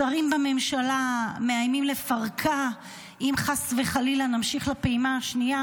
שרים בממשלה מאיימים לפרקה אם חס וחלילה נמשיך לפעימה השנייה.